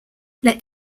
let